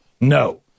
No